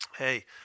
hey